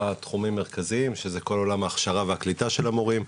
תחומים מרכזיים: כל עולם ההכשרה והקליטה של המורים,